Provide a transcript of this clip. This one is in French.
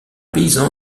paysan